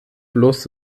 bloß